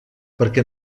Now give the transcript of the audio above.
perquè